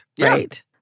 right